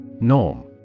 Norm